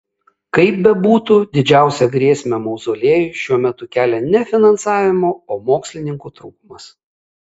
kaip bebūtų didžiausią grėsmę mauzoliejui šiuo metu kelia ne finansavimo o mokslininkų trūkumas